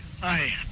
Hi